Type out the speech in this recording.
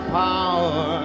power